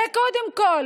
זה, קודם כול.